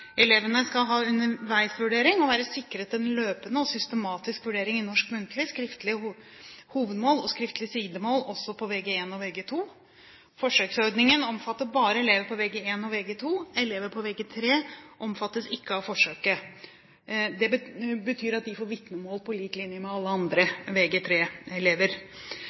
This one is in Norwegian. Elevene skal ha underveisvurdering og være sikret en løpende og systematisk vurdering i norsk muntlig, skriftlig hovedmål og skriftlig sidemål også på Vg1 og Vg2. Forsøksordningen omfatter bare elever på Vg1 og Vg2. Elever på Vg3 omfattes ikke av forsøket. Det betyr at de får vitnemål på lik linje med alle andre